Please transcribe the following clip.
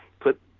put